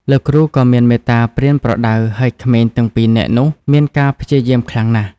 លោកគ្រូក៏មេត្តាប្រៀនប្រដៅ ហើយក្មេងទាំងពីរនាក់នោះមានការព្យាយាមខ្លាំងណាស់។